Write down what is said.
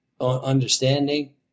understanding